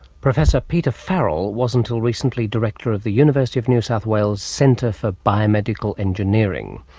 professor peter farrell was, until recently director of the university of new south wales' centre for biomedical engineering.